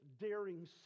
daring